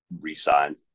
re-signed